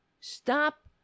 Stop